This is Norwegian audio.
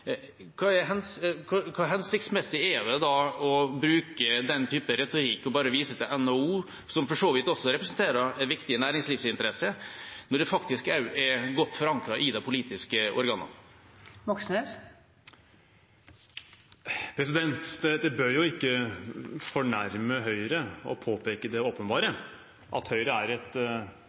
hensiktsmessig er det da å bruke den type retorikk og bare vise til NHO, som for så vidt også representerer viktige næringslivsinteresser, når det faktisk også er godt forankret i de politiske organene? Det bør ikke fornærme Høyre å påpeke det åpenbare, at Høyre er et